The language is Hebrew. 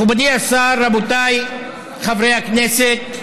מכובדי השר, רבותיי חברי הכנסת,